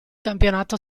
campionato